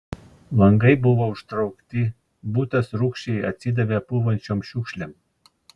langai buvo užtraukti butas rūgščiai atsidavė pūvančiom šiukšlėm